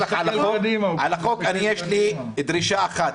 יש לי דרישה אחת.